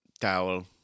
towel